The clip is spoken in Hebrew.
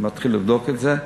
מתחיל לבדוק את זה,